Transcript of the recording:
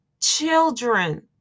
children